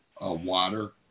water